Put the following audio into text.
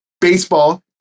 baseball